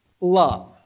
love